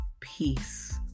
peace